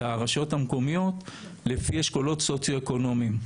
הרשויות המקומיות לפי אשכולות סוציואקונומיים.